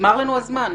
נגמר לנו הזמן.